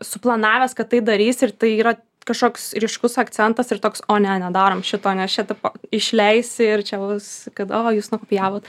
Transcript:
suplanavęs kad tai darys ir tai yra kažkoks ryškus akcentas ir toks o ne nedarom šito nes čia tipo išleisi ir čia bus kad o jūs nukopijavot